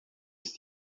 ist